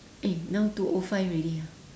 eh now two O five already ah